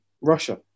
Russia